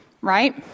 Right